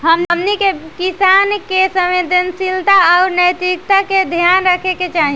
हमनी के किसान के संवेदनशीलता आउर नैतिकता के ध्यान रखे के चाही